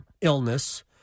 illness